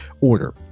order